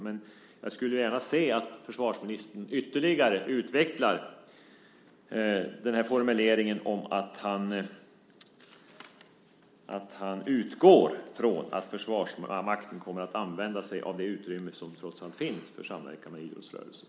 Men jag skulle gärna se att försvarsministern ytterligare utvecklar formuleringen om att han utgår från att Försvarsmakten kommer att använda sig av det utrymme som trots allt finns för samverkan med idrottsrörelsen.